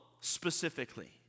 specifically